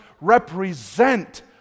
represent